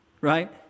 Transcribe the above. right